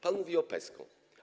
Pan mówi o PESCO.